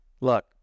look